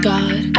God